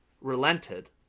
relented